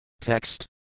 Text